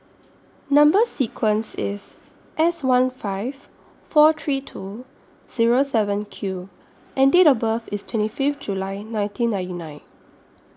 Number sequence IS S one five four three two Zero seven Q and Date of birth IS twenty Fifth July nineteen ninety nine